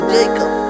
Jacob